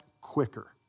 quicker